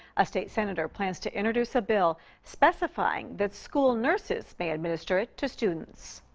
a state senator plans to introduce a bill specifying that school nurses may administer it to students.